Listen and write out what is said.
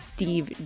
Steve